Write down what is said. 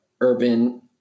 urban